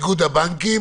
איגוד הבנקים,